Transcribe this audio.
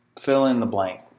fill-in-the-blank